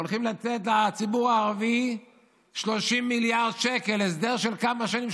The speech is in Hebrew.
הולכים לתת לציבור הערבי 30 מיליארד שקל; הסדר של כמה שנים,